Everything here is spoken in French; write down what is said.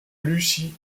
lucy